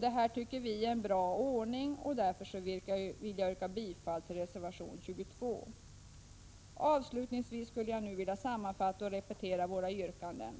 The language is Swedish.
Det här tycker vi är en bra ordning, och därför vill jag yrka bifall till reservation 22. Avslutningsvis skulle jag nu vilja sammanfatta och repetera våra yrkanden: